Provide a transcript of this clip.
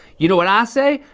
you know what i say?